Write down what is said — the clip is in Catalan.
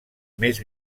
més